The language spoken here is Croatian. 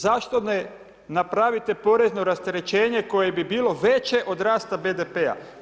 Zašto ne napravite porezno rasterećenje koje bi bilo veće od rasta BDP-a?